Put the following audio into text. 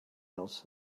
else